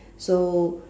so